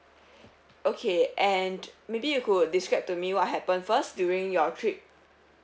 okay and maybe you could describe to me what happened first during your trip